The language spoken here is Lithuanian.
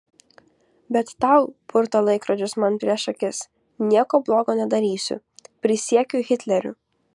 bet tau purto laikrodžius man prieš akis nieko blogo nedarysiu prisiekiu hitleriu